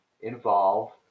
involve